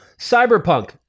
Cyberpunk